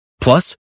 Plus